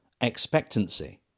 Expectancy